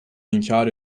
inkar